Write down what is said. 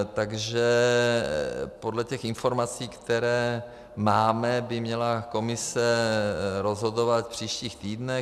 Takže podle informací, které máme, by měla Komise rozhodovat v příštích týdnech.